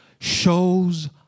shows